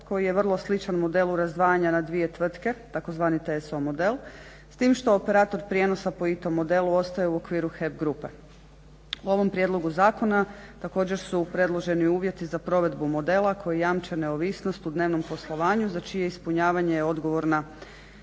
koji je vrlo sličan modelu razdvajanja na dvije tvrtke tzv. TSO model, s tim što operator prijenosa po ITO modelu ostaje u okviru HEP grupe. U ovom prijedlogu zakona također su predloženi uvjeti za provedbu modela koji jamče neovisnost u dnevnom poslovanju za čije ispunjavanje je odgovorna